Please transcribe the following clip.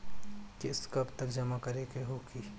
किस्त कब तक जमा करें के होखी?